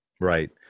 Right